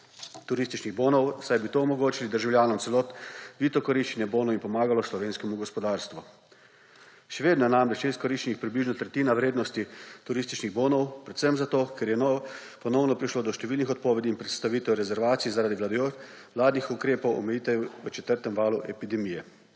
turističnih bonov, saj bi to omogočilo državljanom celovito koriščenje bonov in pomagalo slovenskemu gospodarstvu. Še vedno ni izkoriščena približno tretjina vrednosti turističnih bonov, predvsem zato ker je ponovno prišlo do številnih odpovedi in prestavitev rezervacij zaradi vladnih ukrepov omejitev v četrtem valu epidemije.